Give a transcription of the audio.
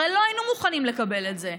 הרי לא היינו מוכנים לקבל את זה,